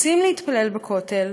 רוצים להתפלל בכותל,